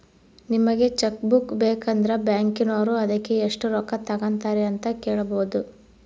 ನಿಮಗೆ cheque book ಬೇಕಂದ್ರ ಬ್ಯಾಕಿನೋರು ಅದಕ್ಕೆ ಎಷ್ಟು ರೊಕ್ಕ ತಂಗತಾರೆ ಅಂತ ಕೇಳಬೊದು